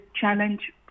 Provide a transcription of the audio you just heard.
challenge